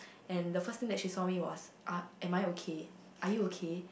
and the first thing that she saw me was uh am I okay are you okay